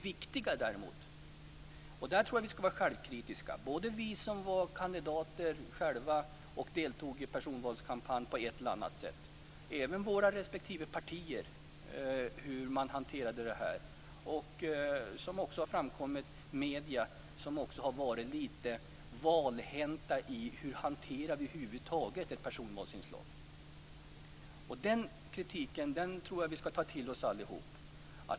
Jag tror också att vi skall vara självkritiska, både vi som själva var kandidater och deltog i personvalskampanjer på ett eller annat sätt och våra respektive partier, i fråga om hur vi hanterade det här. Det gäller också medierna, som var lite valhänta i hanteringen av personvalet. Den kritiken skall vi alla ta till oss.